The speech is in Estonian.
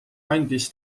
andis